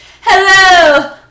Hello